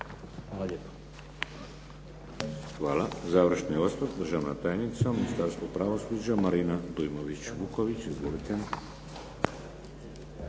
Hvala.